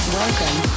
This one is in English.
welcome